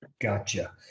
Gotcha